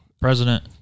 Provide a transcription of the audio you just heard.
president